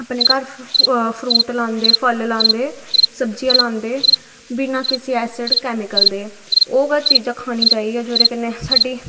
अपने घर फ्रूट लांदे फल लांदे सब्जियां लांदे बिना किसे हैल कैमिकल दे ओह् गै चीजां खानी चाही दियां जेह्दे कन्नै साढ़ी